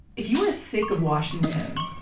if you are sick of washington,